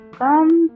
come